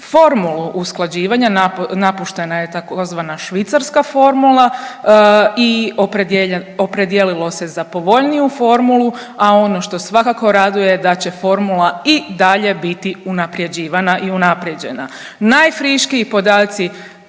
formulu usklađivanja, napuštena je tzv. švicarska formula i opredijelilo se za povoljniju formulu, a ono što svakako raduje da će formula i dalje biti unaprjeđivana i unaprijeđena. Najfriškiji podacima